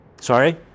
Sorry